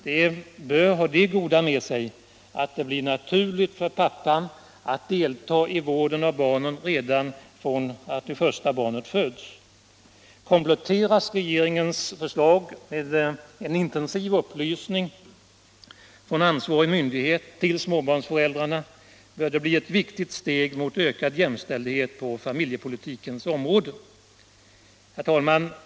Detta bör ha det goda med sig att det blir naturligt för pappan att delta i vården av barnen redan från det att första barnet föds. Kompletteras regeringens förslag med en intensiv upplysning från ansvarig myndighet till småbarnsföräldrarna, bör det bli ett viktigt steg mot ökad jämställdhet på familjepolitikens område. Herr talman!